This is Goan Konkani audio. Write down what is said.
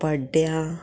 पड्ड्यां